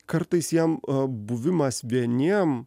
kartais jiem buvimas vieniem